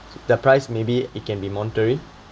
the price maybe it can be monetary